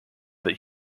that